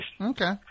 Okay